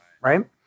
right